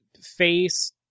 face